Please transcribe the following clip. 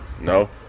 No